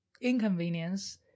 inconvenience